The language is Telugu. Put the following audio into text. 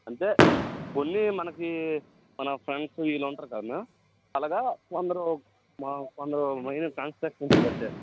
అంటే కొన్ని మనకి మన ఫ్రెండ్స్ వీళ్ళు ఉంటారు కదా మ్యామ్ అలాగా కొందరు మా కొందరు మైన కంస్టక్షన్ బట్టే